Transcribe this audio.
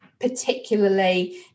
particularly